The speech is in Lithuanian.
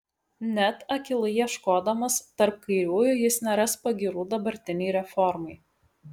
net akylai ieškodamas tarp kairiųjų jis neras pagyrų dabartinei reformai